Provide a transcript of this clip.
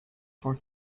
for